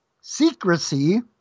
Secrecy